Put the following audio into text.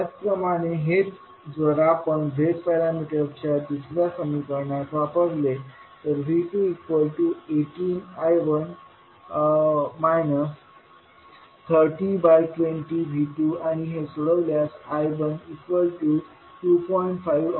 त्याचप्रमाणे हेच जर आपण Z पॅरामीटर च्या दुसऱ्या समीकरणात वापरले तर V218I1 3020V2आणि हे सोडवल्यास I12